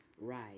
Right